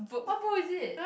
what book is it